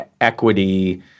equity